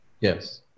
Yes